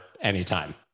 anytime